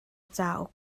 cauk